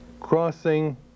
crossing